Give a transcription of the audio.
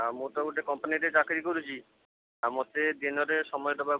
ଆଉ ମୁଁ ତ ଗୋଟେ କମ୍ପାନୀରେ ଚାକିରୀ କରୁଛି ଆ ମୋତେ ଦିନରେ ସମୟ ଦେବାକୁ ବି